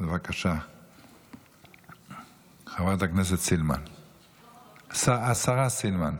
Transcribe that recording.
השרה סילמן.